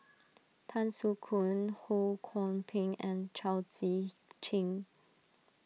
Tan Soo Khoon Ho Kwon Ping and Chao Tzee Cheng